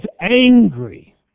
angry